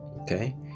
okay